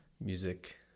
music